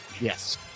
Yes